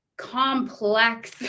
complex